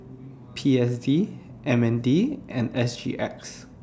P S D M N D and S G X